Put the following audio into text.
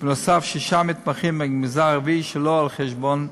ונוסף על כך יש שישה מתמחים מהמגזר הערבי שלא על חשבון מלגה.